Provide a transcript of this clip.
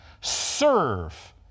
serve